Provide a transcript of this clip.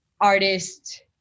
artist